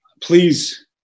please